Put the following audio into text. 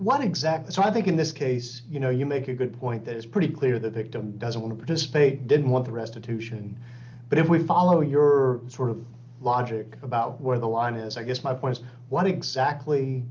what exactly so i think in this case you know you make a good point that is pretty clear the victim doesn't want to participate didn't want the restitution but if we follow your logic about where the line is i guess my point is what exactly